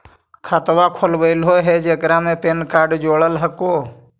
खातवा खोलवैलहो हे जेकरा मे पैन कार्ड जोड़ल हको?